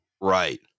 Right